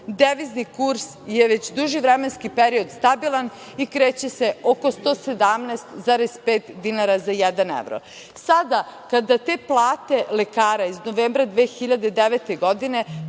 devizni kurs je već duži vremenski period stabilan i kreće se oko 117,5 dinara za jedan evro. Sada kada te plate lekara iz novembra 2009. godine